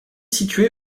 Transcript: située